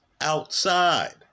outside